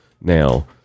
Now